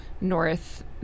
North